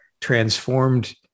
transformed